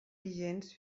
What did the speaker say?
vigents